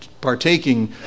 partaking